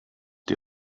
die